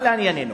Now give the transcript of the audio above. אבל לענייננו.